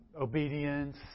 obedience